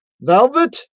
Velvet